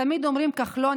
תמיד אומרים "כחלון",